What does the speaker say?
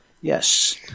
Yes